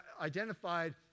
identified